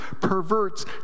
perverts